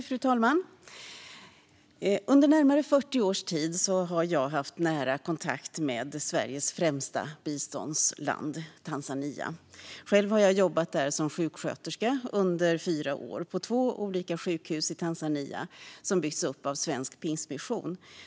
Fru talman! Under närmare 40 års tid har jag haft nära kontakt med Sveriges främsta biståndsland, Tanzania. Själv har jag jobbat som sjuksköterska under fyra år på två olika sjukhus i Tanzania som byggts upp av Svensk Pingstmission.